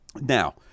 Now